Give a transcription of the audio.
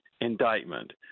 indictment